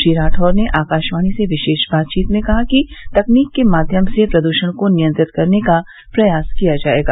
श्री राठौर ने आकाशवाणी से विशेष बातचीत में कहा कि तकनीक के माध्यम से प्रदृषण को नियंत्रित करने का प्रयास किया जायेगा